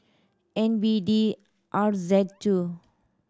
N B D R Z two